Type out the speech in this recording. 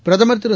பிரதமர் திரு